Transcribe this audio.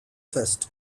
first